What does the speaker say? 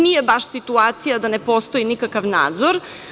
Nije baš situacija da ne postoji nikakav nadzor.